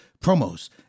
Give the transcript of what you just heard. promos